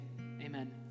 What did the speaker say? amen